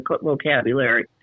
vocabulary